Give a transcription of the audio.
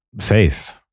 faith